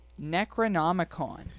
Necronomicon